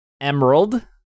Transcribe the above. Emerald